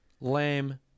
Lamb